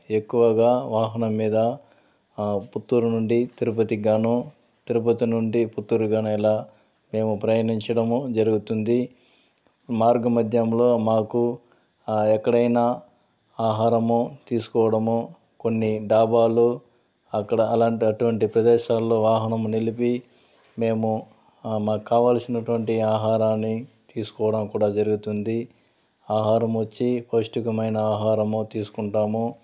ఎక్కువగా వాహనం మీద పుత్తూరు నుండి తిరుపతి గాను తిరుపతి నుండి పుత్తూరు గాని ఇలా మేము ప్రయాణించడము జరుగుతుంది మార్గమధ్యంలో మాకు ఎక్కడైనా ఆహారము తీసుకోవడము కొన్ని డాబాలు అక్కడ అలాంటి అటువంటి ప్రదేశాల్లో వాహనం నిలిపి మేము మాకు కావాల్సినటువంటి ఆహారాన్ని తీసుకోవడం కూడా జరుగుతుంది ఆహారమొచ్చి పౌష్టికమైన ఆహారము తీసుకుంటాము